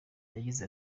yagize